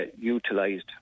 utilised